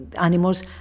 animals